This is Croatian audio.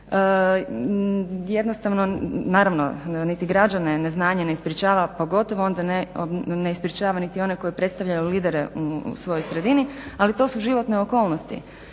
jednostavno, naravno niti građane neznanje ne sprečava pogotovo onda ne sprečava niti one koji predstavljaju lidere u svojoj sredini. Ali to su životne okolnosti.